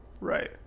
Right